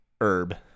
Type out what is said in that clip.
herb